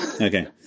Okay